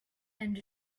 and